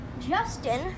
Justin